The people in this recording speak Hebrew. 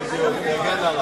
הטרוריסטים יגנו עלייך.